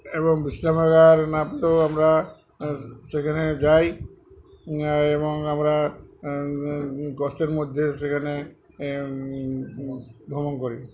এবং বিশ্রামাগার না পেলেও আমরা সে সেখানে যাই এবং আমরা কষ্টের মধ্যে সেখানে ভ্রমণ করি